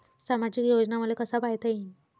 सामाजिक योजना मले कसा पायता येईन?